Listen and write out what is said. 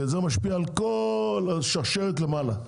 וזה משפיע על כל השרשרת למעלה.